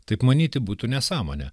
taip manyti būtų nesąmonė